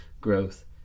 growth